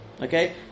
Okay